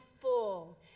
full